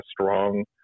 strong